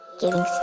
giving